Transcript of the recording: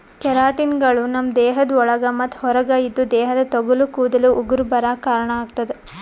ಕೆರಾಟಿನ್ಗಳು ನಮ್ಮ್ ದೇಹದ ಒಳಗ ಮತ್ತ್ ಹೊರಗ ಇದ್ದು ದೇಹದ ತೊಗಲ ಕೂದಲ ಉಗುರ ಬರಾಕ್ ಕಾರಣಾಗತದ